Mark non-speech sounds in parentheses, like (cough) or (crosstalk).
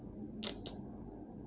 (noise)